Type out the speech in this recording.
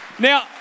Now